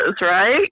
right